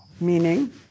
Meaning